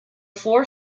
four